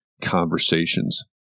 conversations